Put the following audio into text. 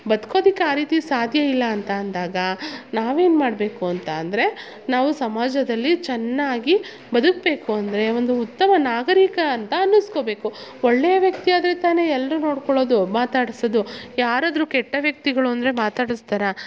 ಬದ್ಕೋದಿಕ್ಕೆ ಆ ರೀತಿ ಸಾಧ್ಯಯಿಲ್ಲ ಅಂತ ಅಂದಾಗ ನಾವೇನು ಮಾಡಬೇಕು ಅಂತ ಅಂದರೆ ನಾವು ಸಮಾಜದಲ್ಲಿ ಚೆನ್ನಾಗಿ ಬದುಕಬೇಕು ಅಂದರೆ ಒಂದು ಉತ್ತಮ ನಾಗರೀಕ ಅಂತ ಅನ್ನಿಸ್ಕೊಬೇಕು ಒಳ್ಳೆಯ ವ್ಯಕ್ತಿ ಆದರೆ ತಾನೆ ಎಲ್ಲರು ನೋಡಿಕೊಳೋದು ಮಾತಾಡಿಸೋದು ಯಾರಾದರು ಕೆಟ್ಟ ವ್ಯಕ್ತಿಗಳು ಅಂದರೆ ಮಾತಾಡಿಸ್ತಾರ